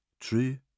true